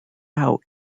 out